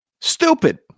Stupid